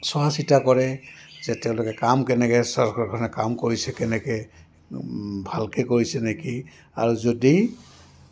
চোৱাচিতা কৰে যে তেওঁলোকে কাম কেনেকৈ চৰকাৰখনে কাম কৰিছে কেনেকৈ ভালকৈ কৰিছে নেকি আৰু যদি